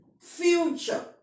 future